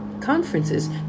conferences